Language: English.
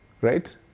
right